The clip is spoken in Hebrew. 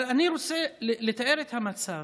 אבל אני רוצה לתאר את המצב.